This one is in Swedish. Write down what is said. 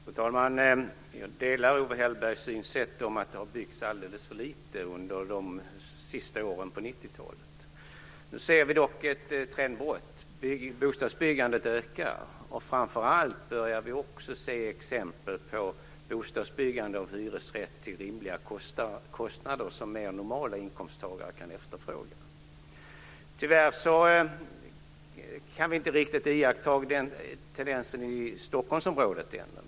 Fru talman! Jag delar Owe Hellbergs syn att det har byggts alldeles för lite under de sista åren på 90 talet. Nu ser vi dock ett trendbrott. Bostadsbyggandet ökar. Framför allt börjar vi också se exempel på byggande av hyresrätter till rimliga kostnader som även normalinkomsttagare kan efterfråga. Tyvärr kan vi inte riktigt iaktta den tendensen i Stockholmsområdet ännu.